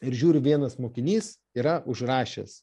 ir žiūriu vienas mokinys yra užrašęs